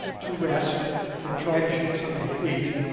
to rest and try to shoot something to eat,